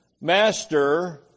Master